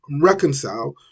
reconcile